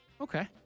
Okay